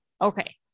Okay